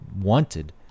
wanted